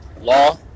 law